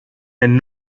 and